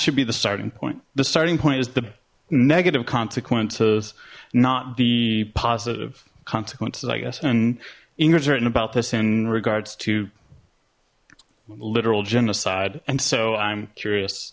should be the starting point the starting point is the negative consequences not the positive consequences i guess and inger's written about this in regards to literal genocide and so i'm curious